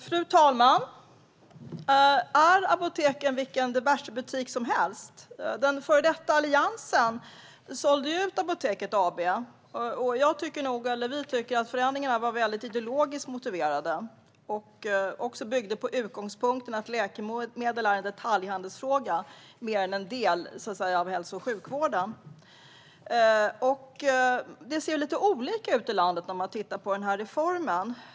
Fru talman! Är apoteken vilka diversebutiker som helst? Den före detta Alliansen sålde ut Apoteket AB. Vi tycker att förändringarna var mycket ideologiskt motiverade och byggde på utgångspunkten att läkemedel är en detaljhandelsfråga mer än en del av hälso och sjukvården. När det gäller denna reform ser det lite olika ut i landet.